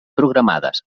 programades